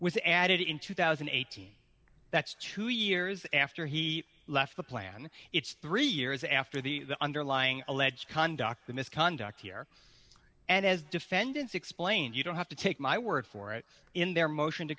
was added in two thousand and eighteen that's two years after he left the plan it's three years after the underlying alleged conduct the misconduct here and as defendants explained you don't have to take my word for it in their motion to